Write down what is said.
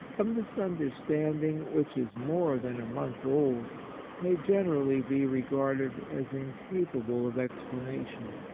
a mis understanding which is more than a month old may generally be regarded as incap able of explanation.